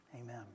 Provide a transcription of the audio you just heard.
Amen